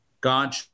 God